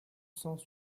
cent